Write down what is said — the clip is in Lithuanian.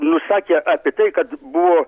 nusakė apie tai kad buvo